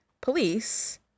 Police